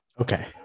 Okay